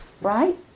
Right